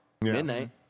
midnight